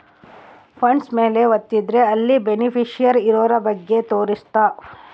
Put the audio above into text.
funds ಮೇಲೆ ವತ್ತಿದ್ರೆ ಅಲ್ಲಿ ಬೆನಿಫಿಶಿಯರಿ ಇರೋರ ಬಗ್ಗೆ ತೋರ್ಸುತ್ತ